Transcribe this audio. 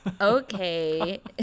okay